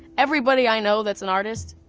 everybody i know that's an artist,